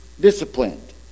disciplined